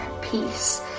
peace